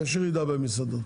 יש ירידה במסעדה.